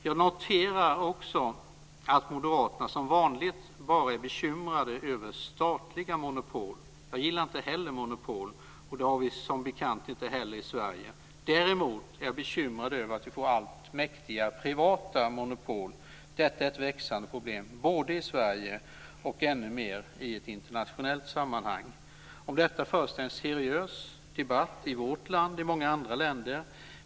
Jag noterar också att moderaterna som vanligt bara är bekymrade över statliga monopol. Jag gillar inte heller monopol, och det har vi som bekant inte i Sverige. Däremot är jag bekymrad över att vi får allt mäktigare privata monopol. Detta är ett växande problem både i Sverige och ännu mer i ett internationellt sammanhang. Om detta förs det en seriös debatt i vårt land och i många andra länder.